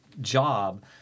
job